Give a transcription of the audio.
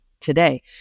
today